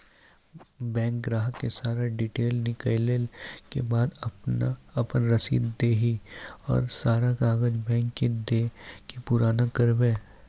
Bank ग्राहक के सारा डीटेल निकालैला के बाद आपन रसीद देहि और सारा कागज बैंक के दे के पुराना करावे?